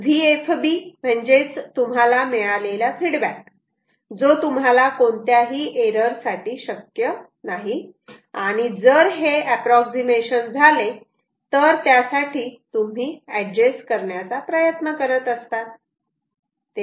VFB म्हणजेच तुम्हाला मिळालेला फीडबॅक जो तुम्हाला कोणत्याही एरर साठी शक्य नाही आणि जर हे अँप्रॉक्सिमेशन झाले तर त्यासाठी तुम्ही ऍडजेस्ट करण्याचा प्रयत्न करत असतात